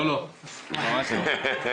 לא לא, ממש לא.